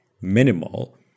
minimal